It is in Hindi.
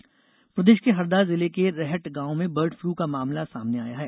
बर्ड फुल् प्रदेश के हरदा जिले के रेहटगांव में बर्ड फ्लू का मामला सामने आया है